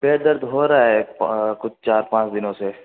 पेट दर्द हो रहा है कुछ चार पाँच दिनों से